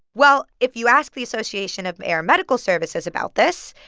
well, if you ask the association of air medical services about this,